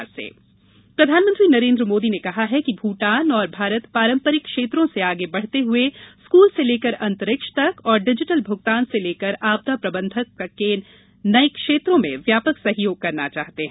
मोदी भूटान प्रधानमंत्री नरेन्द्र मोदी ने कहा है कि भूटान और भारत पारम्परिक क्षेत्रों से आगे बढ़ते हुए स्कूल से लेकर अंतरिक्ष तक और डिजिटल भुगतान से लेकर आपदा प्रबंधन तक के नये क्षेत्रों में व्यापक सहयोग करना चाहते हैं